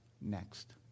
next